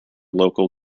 local